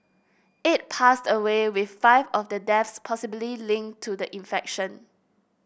eight passed away with five of the deaths possibly linked to the infection